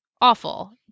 awful